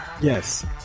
Yes